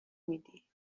میدی